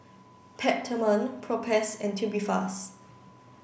Peptamen Propass and Tubifast